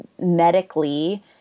medically